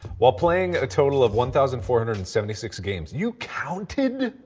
while playing a total of one thousand four hundred and seventy six games, you counted?